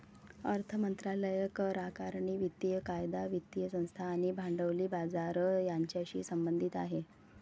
अर्थ मंत्रालय करआकारणी, वित्तीय कायदा, वित्तीय संस्था आणि भांडवली बाजार यांच्याशी संबंधित आहे